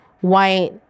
white